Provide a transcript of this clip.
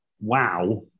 wow